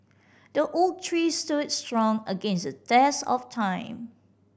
the oak tree stood strong against the test of time